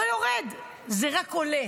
לא יורד, זה רק עולה.